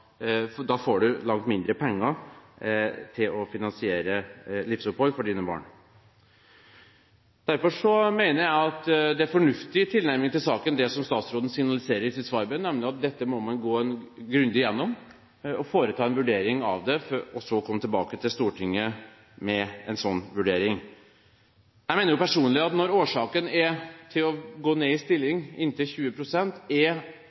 langt mindre penger til å finansiere livsoppholdet for dine barn. Derfor mener jeg at en fornuftig tilnærming til saken er det som statsråden signaliserer i sitt svarbrev, nemlig at dette må man gå grundig gjennom og foreta en vurdering av, og så komme tilbake til Stortinget med en slik vurdering. Jeg mener personlig at når årsaken til at man går ned i stilling inntil 20 pst., utelukkende er